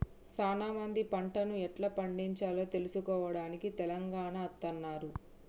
సానా మంది పంటను ఎట్లా పండిచాలో తెలుసుకోవడానికి తెలంగాణ అత్తన్నారు